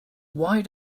why